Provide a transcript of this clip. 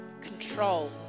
control